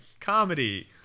comedy